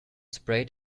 sprayed